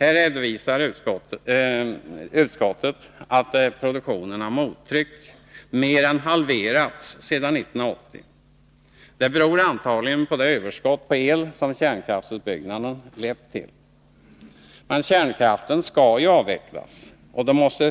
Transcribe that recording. Här redovisar utskottet att produktionen av mottryck mer än halverats sedan år 1980. Det beror antagligen på det överskott på el som kärnkraftsutbyggnaden lett till. Men kärnkraften skall ju avvecklas, och då måste